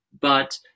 But-